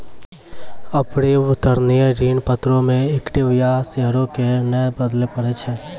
अपरिवर्तनीय ऋण पत्रो मे इक्विटी या शेयरो के नै बदलै पड़ै छै